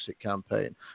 campaign